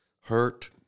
hurt